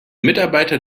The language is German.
mitarbeiter